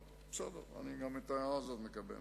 בסדר, אני מקבל